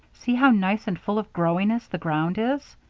see how nice and full of growiness the ground is.